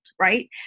right